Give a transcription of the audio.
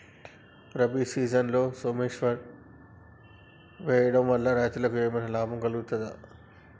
రబీ సీజన్లో సోమేశ్వర్ వేయడం వల్ల రైతులకు ఏమైనా లాభం కలుగుద్ద?